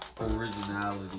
originality